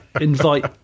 invite